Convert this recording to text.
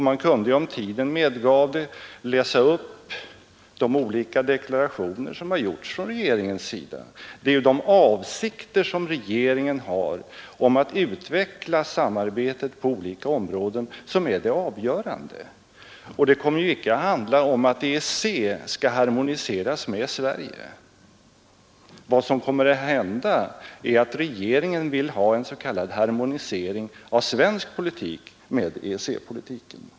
Man kunde ju om tiden medgav det läsa upp de olika deklarationer som har gjorts från regeringens sida. Det är de avsikter som regeringen har om att utveckla samarbetet på olika områden som är det avgörande. Det kommer icke att handla om att EEC skall harmoniseras med Sverige. Vad som kommer att hända är att regeringen vill ha en s.k. harmonisering av svensk politik med EEC-politiken.